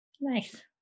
Nice